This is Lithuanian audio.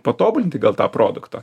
patobulinti gal tą produktą